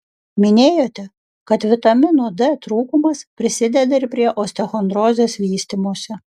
minėjote kad vitamino d trūkumas prisideda ir prie osteochondrozės vystymosi